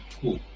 Cool